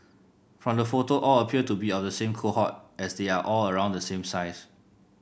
from the photo all appear to be of the same cohort as they are all around the same size